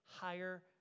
higher